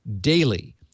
daily